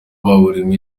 baburiwe